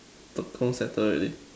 Tekong settle already